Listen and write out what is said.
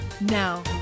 Now